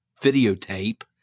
videotape